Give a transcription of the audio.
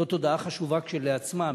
זאת הודעה חשובה כשלעצמה,